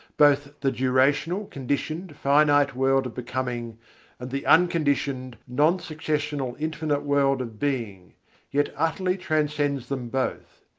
both the durational, conditioned, finite world of becoming and the unconditioned, non-successional, infinite world of being yet utterly transcends them both.